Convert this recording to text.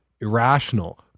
irrational